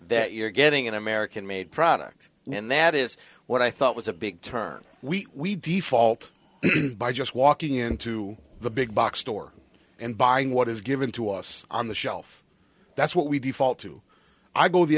that you're getting an american made products and that is what i thought was a big term we default by just walking into the big box store and buying what is given to us on the shelf that's what we default to i go the